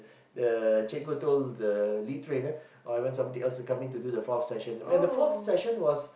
the cikgu told the lead trainer oh I want somebody else to come in to do the fourth session the fourth session was